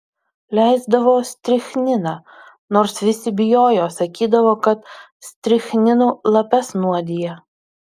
leisdavo strichniną nors visi bijojo sakydavo kad strichninu lapes nuodija